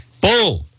Boom